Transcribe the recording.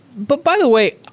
but by the way,